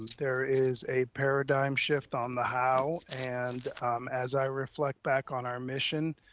there is a paradigm shift on the how, and as i reflect back on our mission,